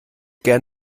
gern